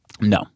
No